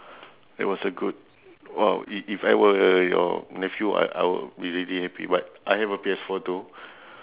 that was a good !wow! i~ if I were your nephew I I would be really happy but I have a P_S four too